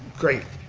great.